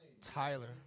Tyler